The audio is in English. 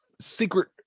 secret